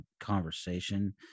conversation